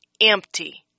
empty